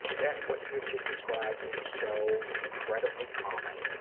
that, what you just described is so incredibly common.